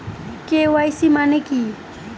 KYC মানে কি?